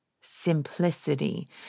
Simplicity